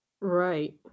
right